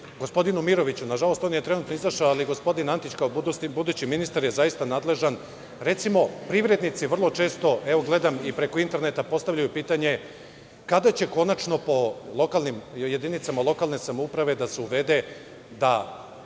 gospodinu Miroviću. Nažalost, on je trenutno izašao, ali gospodin Antić kao budući ministar je zaista nadležan. Recimo, privrednici vrlo često, gledam i preko interneta, postavljaju pitanje – kada će konačno po jedinicama lokalne samouprave da se uvede da